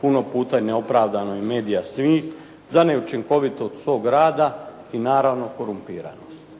puno puta i neopravdano i medija svih za neučinkovitost svoga rada i naravno korumpiranost.